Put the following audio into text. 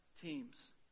teams